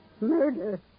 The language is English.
Murder